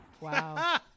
Wow